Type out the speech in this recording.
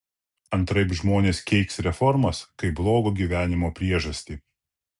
antraip žmonės keiks reformas kaip blogo gyvenimo priežastį